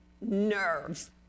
nerves